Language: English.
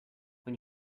when